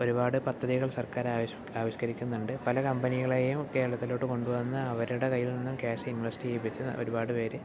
ഒരുപാട് പദ്ധതികൾ സർക്കാർ ആവിഷ് ആവിഷ്കരിക്കുന്നുണ്ട് പല കമ്പനികളെയും കേരളത്തിലോട്ട് കൊണ്ട് വന്ന് അവരുടെ കൈയിൽ നിന്നും ക്യാഷ് ഇൻവെസ്റ്റ് ചെയ്യിപ്പിച്ച് ഒരുപാട് പേര്